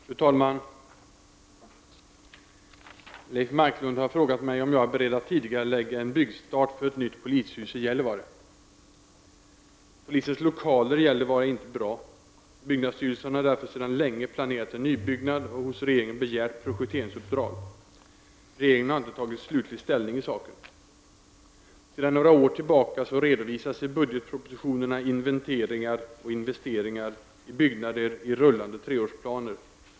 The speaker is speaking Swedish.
Fru talman! Leif Marklund har frågat mig om jag är beredd att tidigarelägga en byggstart för ett nytt polishus i Gällivare. Polisens lokaler i Gällivare är inte bra. Byggnadsstyrelsen har därför sedan länge planerat en nybyggnad och hos regeringen begärt projekteringsuppdrag. Regeringen har inte tagit slutlig ställning i saken. Sedan några år tillbaka redovisas i budgetpropositionerna investeringar i byggnader i rullande treårsplaner.